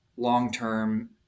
long-term